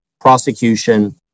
prosecution